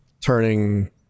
turning